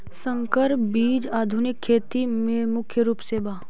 संकर बीज आधुनिक खेती में मुख्य रूप से बा